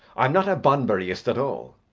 i'm not a bunburyist at all.